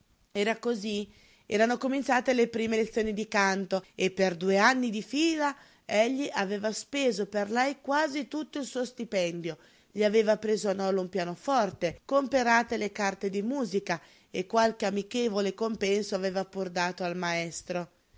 e cosí erano cominciate le prime lezioni di canto e per due anni di fila egli aveva speso per lei quasi tutto il suo stipendio le aveva preso a nolo un pianoforte comperate le carte di musica e qualche amichevole compenso aveva pur dato al maestro